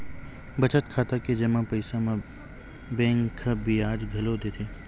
बचत खाता के जमा पइसा म बेंक ह बियाज घलो देथे